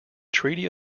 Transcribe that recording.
treaty